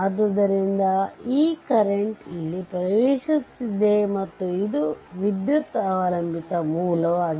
ಆದ್ದರಿಂದ ಈ ಕರೆಂಟ್ಇಲ್ಲಿ ಪ್ರವೇಶಿಸುತ್ತಿದೆ ಮತ್ತು ಇದು ವಿದ್ಯುತ್ ಅವಲಂಬಿತ ಮೂಲcurrent dependent source